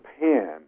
Japan